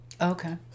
Okay